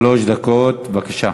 שלוש דקות, בבקשה.